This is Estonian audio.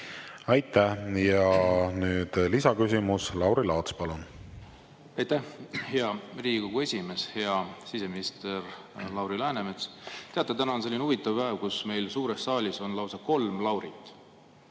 Aitäh! Ja nüüd lisaküsimus, Lauri Laats, palun! Aitäh, hea Riigikogu esimees! Hea siseminister Lauri Läänemets! Teate, täna on selline huvitav päev, kus meil on suures saalis lausa kolm Laurit.